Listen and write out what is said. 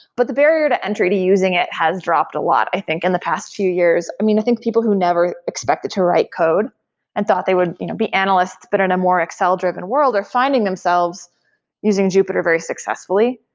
but the barrier to entry to using it has dropped a lot, i think in the past few years. i mean, i think people who never expected to write code and thought they would you know be analysts, but in a more excel-driven world, are finding themselves using jupyter very successfully.